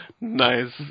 Nice